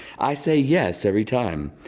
i say yes every time.